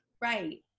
Right